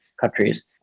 countries